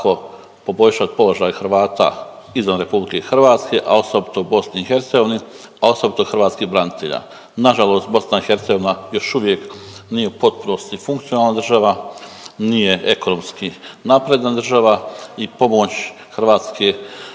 uvijek nije u potpunosti funkcionalna država, nije ekonomski napredna država i pomoć Hrvatske